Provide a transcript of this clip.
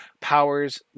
powers